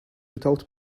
without